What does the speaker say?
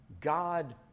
God